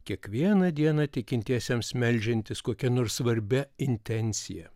kiekvieną dieną tikintiesiems meldžiantis kokia nors svarbia intencija